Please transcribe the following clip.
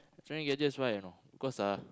electronic gadgets why you know cause ah